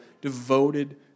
devoted